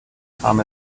kam